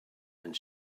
and